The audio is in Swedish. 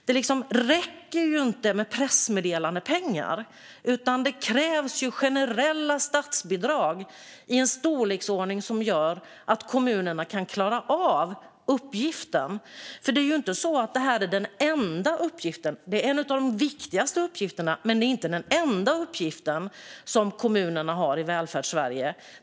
Det räcker inte med pressmeddelandepengar, utan det krävs generella statsbidrag i en storleksordning som gör att kommunerna kan klara av uppgiften. Detta är nämligen inte den enda uppgiften. Det är en av de viktigaste uppgifterna men inte den enda uppgift som kommunerna har i Välfärdssverige.